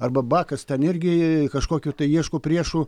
arba bakas ten irgi kažkokių tai ieško priešų